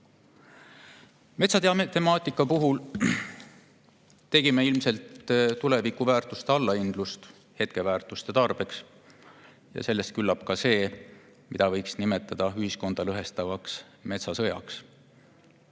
Metsatemaatika puhul tegime ilmselt tulevikuväärtuste allahindlust hetkeväärtuste tarbeks ja sellest [tulenes] küllap ka see, mida võiks nimetada ühiskonda lõhestavaks metsasõjaks: